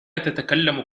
تتكلم